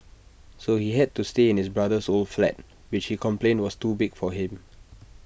so he had to stay in his brother's old flat which he complained was too big for him